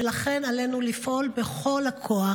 ולכן עלינו לפעול בכל הכוח.